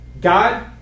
God